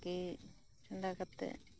ᱛᱤᱠᱤ ᱪᱚᱸᱫᱟ ᱠᱟᱛᱮᱫ